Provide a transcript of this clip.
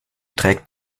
trägt